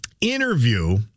interview